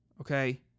Okay